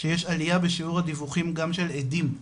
שיש עלייה בשיעור הדיווחים גם של עדים,